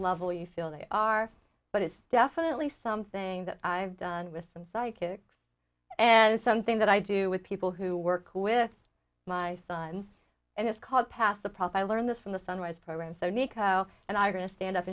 level you feel they are but it's definitely something that i've done with some psychics and something that i do with people who work with my son and it's called pass the prophet i learned this from the sunrise program so nico and i are going to stand up